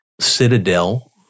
Citadel